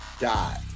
die